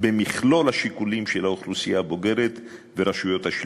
במכלול השיקולים של האוכלוסייה הבוגרת ורשויות השלטון.